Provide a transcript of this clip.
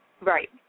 Right